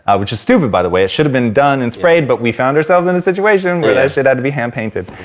which is stupid by the way. it should've been done and sprayed but we found ourselves in a situation where that shit had to be hand painted.